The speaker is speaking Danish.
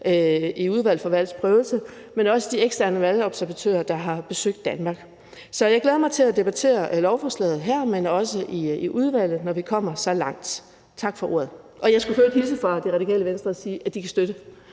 i Udvalget til Valgs Prøvelse, men også de eksterne valgobservatører, der har besøgt Danmark. Så jeg glæder mig til at debattere lovforslaget her, men også i udvalget, når vi kommer så langt. Tak for ordet. Jeg skulle for øvrigt hilse fra Radikale Venstre og sige, at de kan støtte